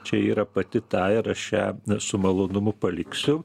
čia yra pati ta ir aš ją su malonumu paliksiu